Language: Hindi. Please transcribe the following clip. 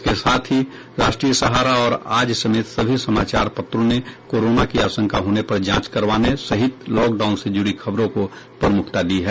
इसके साथ ही राष्ट्रीय सहारा और आज समेत सभी समाचार पत्रों ने कोरोना की आशंका होने पर जांच करबाने सहित लॉकडाउन से जुड़ी खबरों को प्रमुखता दी है